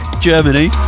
Germany